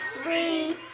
Three